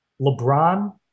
LeBron